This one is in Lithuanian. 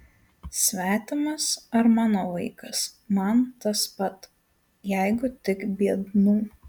svetimas ar mano vaikas man tas pat jeigu tik biednų